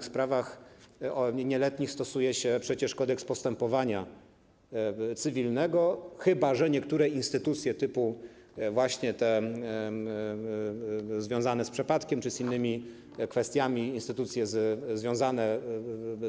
W sprawach nieletnich stosuje się przecież Kodeks postępowania cywilnego, chyba że chodzi o niektóre instytucje typu właśnie te związane z przepadkiem czy z innymi kwestiami, instytucje